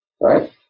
Right